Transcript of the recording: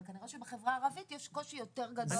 אבל כנראה שבחברה הערבית יש קושי יותר גדול.